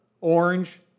orange